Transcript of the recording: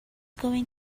going